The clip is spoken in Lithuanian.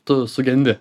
tu sugendi